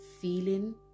feeling